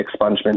expungement